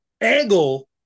Angle